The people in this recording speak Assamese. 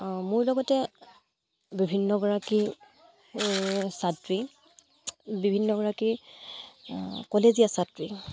মোৰ লগতে বিভিন্নগৰাকী ছাত্ৰী বিভিন্নগৰাকী কলেজীয়া ছাত্ৰী